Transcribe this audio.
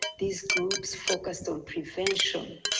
these groups focused on prevention,